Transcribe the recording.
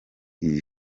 iri